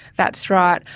that's right.